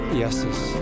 yeses